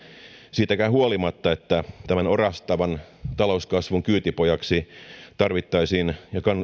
siitäkään huolimatta että tämän orastavan talouskasvun kyytipojaksi tarvittaisiin ja